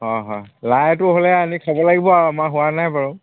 হয় হয় লাইটো হ'লে আনি খাব লাগিব আৰু আমাৰ হোৱা নাই বাৰু